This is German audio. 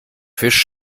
fisch